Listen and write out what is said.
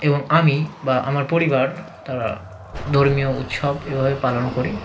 এবং আমি বা আমার পরিবার তারা ধর্মীয় উৎসব এভাবে পালন করি